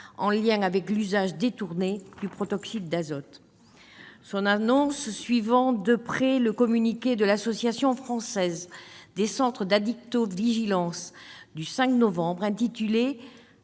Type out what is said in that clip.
en lien avec l'usage détourné du protoxyde d'azote. Cette annonce suivait de près le communiqué de l'Association française des centres d'addictovigilance du 5 novembre intitulé.